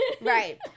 Right